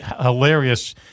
hilarious